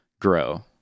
grow